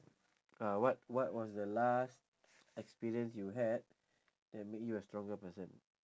uh what what was the last experience you had that make you a stronger person